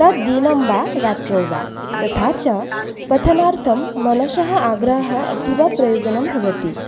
तद्दिन्ं वा रात्रौ वा तथा च पठनार्थं मनसः आग्रहः अतीवप्रयोजनं भवति